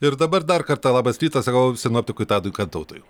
ir dabar dar kartą labas rytas sakau sinoptikui tadui kantautui